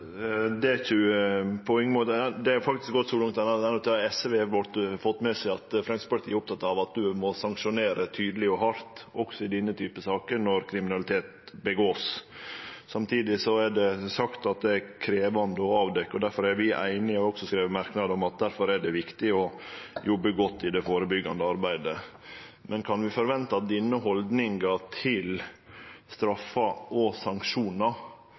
faktisk gått så langt at til og med SV har fått med seg at Framstegspartiet er oppteke av at ein må sanksjonere tydeleg og hardt også i denne typen saker, når nokon driv med kriminalitet. Samtidig er det sagt at det er krevjande å avdekkje, og difor er vi einige, som vi også har skrive i merknadene, om at det er viktig å jobbe godt i det førebyggjande arbeidet. Men kan vi forvente at denne haldninga til straffer og sanksjonar